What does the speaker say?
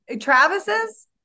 Travis's